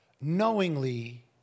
knowingly